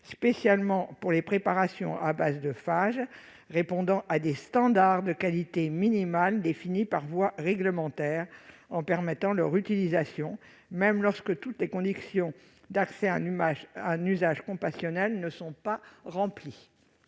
spécialement pour les préparations à base de phages répondant à des standards de qualité minimale définis par voie réglementaire, en permettant leur utilisation même lorsque toutes les conditions d'accès à un usage compassionnel ne sont pas remplies.